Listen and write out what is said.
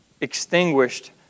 extinguished